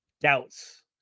doubts